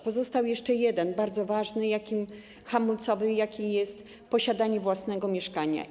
Pozostał jeszcze jeden bardzo ważny hamulcowy, jakim jest posiadanie własnego mieszkania.